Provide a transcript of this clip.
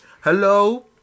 Hello